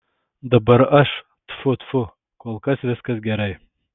dabar aš tfu tfu kol kas viskas gerai